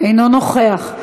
אינו נוכח.